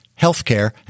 healthcare